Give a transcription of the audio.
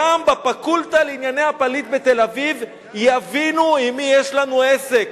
גם בפקולטה לענייני הפליט בתל-אביב יבינו עם מי יש לנו עסק.